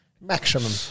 Maximum